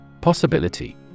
Possibility